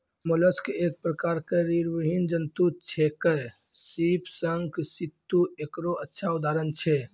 mollusc एक प्रकार के रीड़विहीन जंतु छेकै, सीप, शंख, सित्तु एकरो अच्छा उदाहरण छै